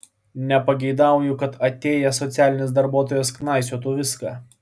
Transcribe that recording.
nepageidauju kad atėjęs socialinis darbuotojas knaisiotų viską